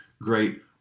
great